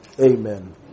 Amen